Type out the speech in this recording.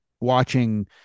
watching